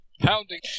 Pounding